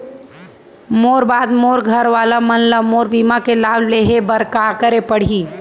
मोर बाद मोर घर वाला मन ला मोर बीमा के लाभ लेहे बर का करे पड़ही?